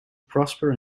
prosper